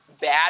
bad